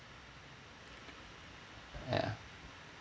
ya